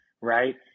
right